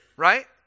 right